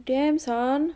damn son